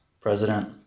president